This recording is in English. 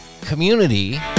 community